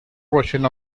version